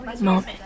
moment